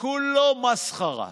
כולהו מסח'רה.